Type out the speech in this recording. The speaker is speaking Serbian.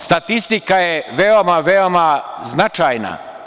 Statistika je veoma značajna.